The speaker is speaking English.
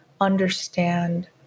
understand